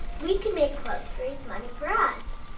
we could make quilts to raise money for us.